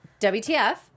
WTF